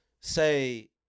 say